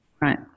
Right